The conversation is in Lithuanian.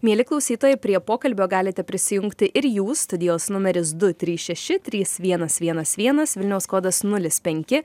mieli klausytojai prie pokalbio galite prisijungti ir jūs studijos numeris du trys šeši trys vienas vienas vienas vilniaus kodas nulis penki